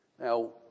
Now